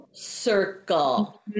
circle